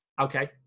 Okay